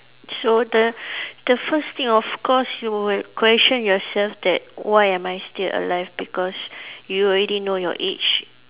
so the the first thing of course you would question yourself that why am I still alive because you already know your age